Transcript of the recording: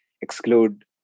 exclude